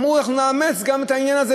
ואמרו: נאמץ גם את העניין הזה,